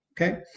Okay